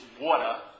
water